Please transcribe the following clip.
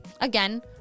Again